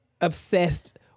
Obsessed